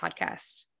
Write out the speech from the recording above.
podcast